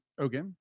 Okay